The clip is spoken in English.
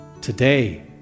today